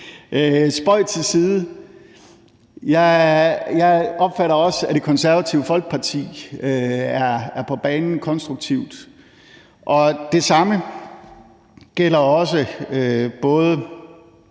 Spøg til side. Jeg opfatter også, at Det Konservative Folkeparti er på banen konstruktivt. Det samme gælder både